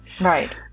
Right